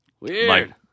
Weird